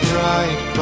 right